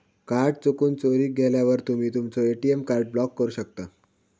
card चुकून, चोरीक गेल्यावर तुम्ही तुमचो ए.टी.एम कार्ड ब्लॉक करू शकता